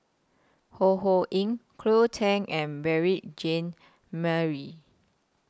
Ho Ho Ying Cleo Thang and Jean Marie